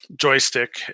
joystick